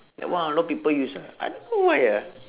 that one a lot of people use ah I don't know why ah